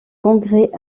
congrès